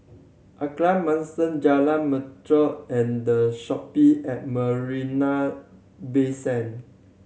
Alkaff Mansion Jalan and The Shoppe at Marina Bay Sand